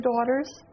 daughters